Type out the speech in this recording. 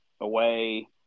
away